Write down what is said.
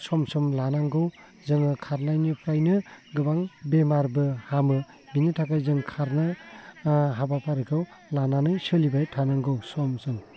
सम सम लानांगौ जोङो खारनायनिफ्रायनो गोबां बेमारबो हामो बिनि थाखाय जों खारनाय हाबाफारिखौ लानानै सोलिबाय थानांगौ सम सम